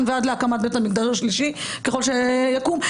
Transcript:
ועד להקמת בית המקדש השלישי ככל שיקום,